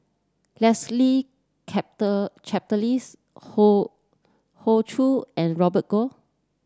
Leslie Charteris Hoey Hoey Choo and Robert Goh